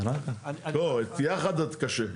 לא, יחד זה קשה.